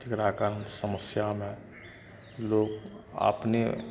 जेकरा कारण समस्यामे लोग अपने